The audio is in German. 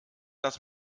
dass